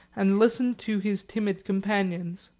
and listened to his timid companions.